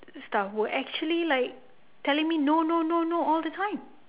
staff were actually like telling me no no no no all the time